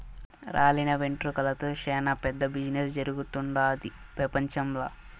రాలిన వెంట్రుకలతో సేనా పెద్ద బిజినెస్ జరుగుతుండాది పెపంచంల